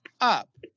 Up